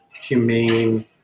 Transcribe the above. humane